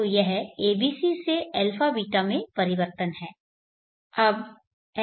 तो यह abc से α β में परिवर्तन है